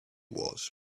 was